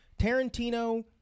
Tarantino